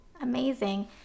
amazing